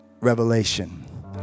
revelation